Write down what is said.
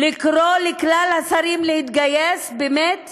לקרוא לכל השרים להתגייס באמת